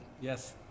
Yes